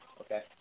okay